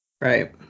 Right